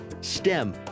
STEM